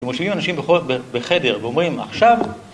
מושיבים אנשים בחדר ואומרים עכשיו